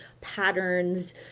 patterns